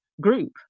group